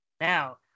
Now